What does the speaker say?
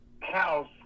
house